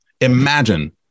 Imagine